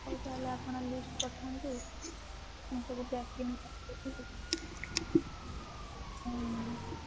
ହଉ ତା'ହେଲେ ଆପଣ ଲିଷ୍ଟ୍ ପଠାନ୍ତୁ ମୁଁ ସବୁ ପ୍ୟାକିଙ୍ଗ୍ କରିଦେବି